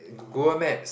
don't know